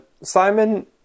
Simon